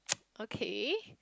okay